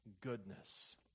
goodness